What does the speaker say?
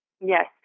Yes